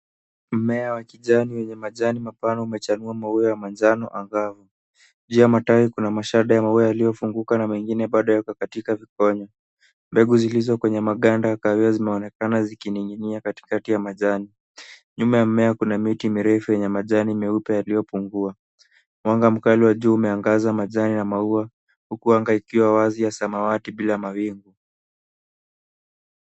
Mmea wakijani wenye majani mapana umechanua maua ya manjano angavu. Juu ya matawi kuna mashada ya mawe yaliyofunguka na mengine bado yako katika vikonya. Mbegu zilizo kwenye maganda kahawia zimeonekana zikining'inia katikati ya majani. Nyuma ya mmea kuna miti mirefu yenye majani meupe yaliyopungua. Mwanga mkali wa jua umeangaza majani na maua kuwa anga ikiwa wazi ya samawati bila mawingu.